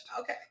Okay